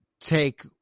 take